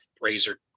razor